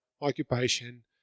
occupation